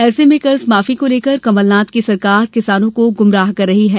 ऐसे में कर्ज माफी को लेकर कमलनाथ की सरकार किसानों को गुमराह कर रही है